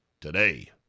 today